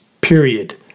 period